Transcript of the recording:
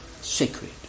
sacred